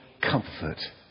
comfort